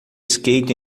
skate